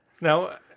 Now